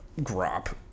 Grop